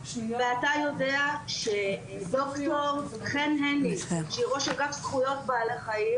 ואתה יודע שדוקטור חן הנדיס שהיא ראש אגף זכויות בעלי חיים